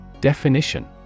Definition